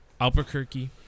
Albuquerque